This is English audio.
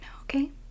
okay